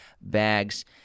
bags